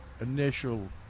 initial